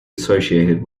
associated